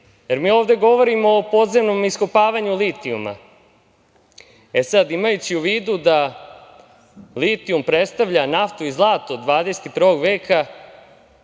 ovde govorimo o podzemnom iskopavanju litijuma. Imajući u vidu da litijum predstavlja naftu i zlato 21. veka,